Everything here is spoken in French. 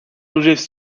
objets